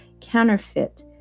counterfeit